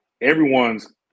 everyone's